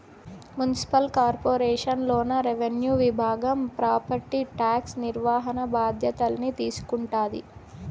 municipal corporation లోన revenue విభాగం property tax నిర్వహణ బాధ్యతల్ని తీసుకుంటాది